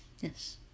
Yes